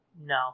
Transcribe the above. No